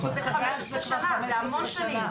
זה כבר 15 שנה, זה המון שנים.